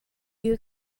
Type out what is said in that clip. you